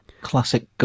classic